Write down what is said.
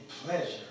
Pleasure